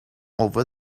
over